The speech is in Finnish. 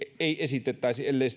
ei esitettäisi ellei